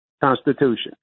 Constitution